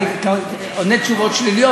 אני עונה תשובות שליליות.